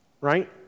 right